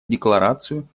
декларацию